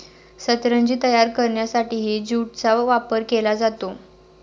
सतरंजी तयार करण्यासाठीही ज्यूटचा वापर केला जातो